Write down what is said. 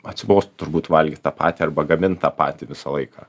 atsibos turbūt valgyt tą patį arba gamint tą patį visą laiką